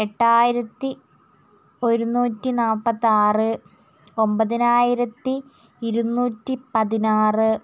എണ്ണായിരത്തി ഒരുന്നൂറ്റി നാല്പ്പത്തിയാറ് ഒമ്പതിനായിരത്തി ഇരുന്നൂറ്റി പതിനാറ്